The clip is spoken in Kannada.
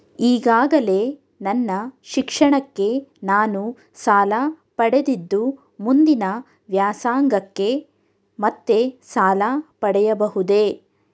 ಈಗಾಗಲೇ ನನ್ನ ಶಿಕ್ಷಣಕ್ಕೆ ನಾನು ಸಾಲ ಪಡೆದಿದ್ದು ಮುಂದಿನ ವ್ಯಾಸಂಗಕ್ಕೆ ಮತ್ತೆ ಸಾಲ ಪಡೆಯಬಹುದೇ?